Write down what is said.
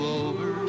over